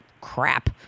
crap